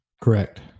Correct